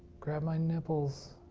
grab my nipples.